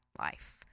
life